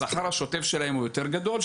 השכר השוטף שלהם הוא יותר גדול,